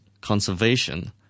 conservation